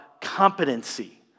competency